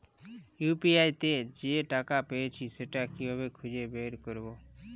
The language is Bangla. ইউ.পি.আই তে যে টাকা পেয়েছি সেটা কিভাবে খুঁজে বের করবো?